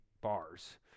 bars